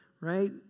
right